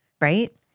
Right